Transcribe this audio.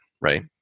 right